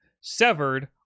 severed